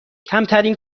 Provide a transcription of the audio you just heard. کمترین